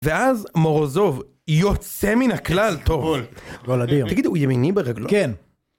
ואז מורוזוב יוצא מן הכלל. טוב, רון אבל אדיר. תגידו, הוא ימיני ברגלו? כן.